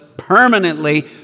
permanently